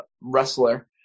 wrestler